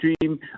dream